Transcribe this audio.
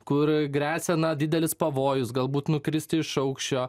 kur gresia na didelis pavojus galbūt nukristi iš aukščio